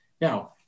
Now